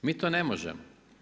Mi to ne možemo.